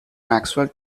maxwell